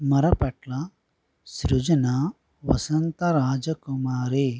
Marapatla Srujana Vasantha Raja Kumari